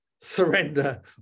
surrender